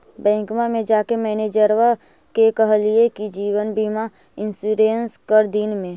बैंकवा मे जाके मैनेजरवा के कहलिऐ कि जिवनबिमा इंश्योरेंस कर दिन ने?